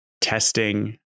testing